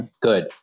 Good